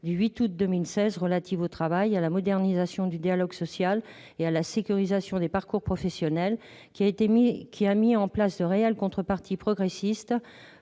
du 8 août 2016 relative au travail, à la modernisation du dialogue social et à la sécurisation des parcours professionnels, qui a mis en place de réelles contreparties progressistes